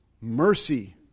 mercy